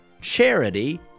charity